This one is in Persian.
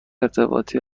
ارتباطی